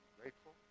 grateful